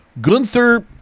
Gunther